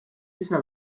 ise